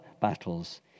battles